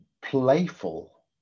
playful